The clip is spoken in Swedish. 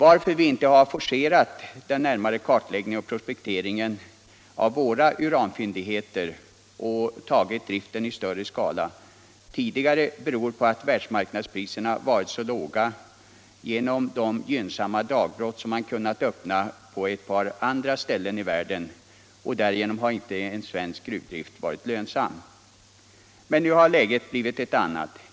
Att vi inte har forcerat en närmare kartläggning och prospektering av våra uranfyndigheter och satt i gång drift i större skala tidigare beror på att världsmarknadspriserna har varit så låga genom de gynnsamma dagbrott som har kunnat utnyttjas på ett par andra ställen i världen. Därigenom har inte svensk gruvdrift varit lönsam. Nu har läget blivit ett annat.